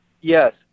Yes